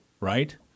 right